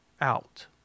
out